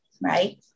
Right